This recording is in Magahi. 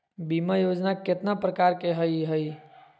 बीमा योजना केतना प्रकार के हई हई?